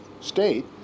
state